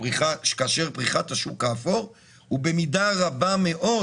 ופריחת השוק האפור הוא במידה רבה מאוד